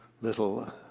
Little